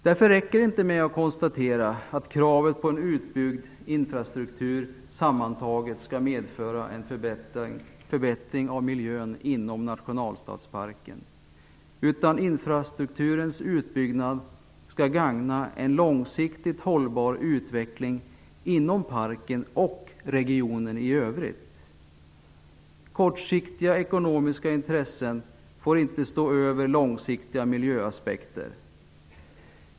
Det räcker därför inte med att konstatera att kravet på en utbyggd infrastruktur sammantaget skall medföra en förbättring av miljön inom nationalstadsparken. Infrastrukturens utbyggnad skall gagna en långsiktigt hållbar utveckling inom parken och regionen i övrigt. Kortsiktiga ekonomiska intressen får inte stå över långsiktiga miljöaspekter.